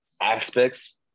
aspects